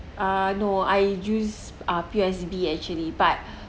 ah no I use ah P_O_S_B actually but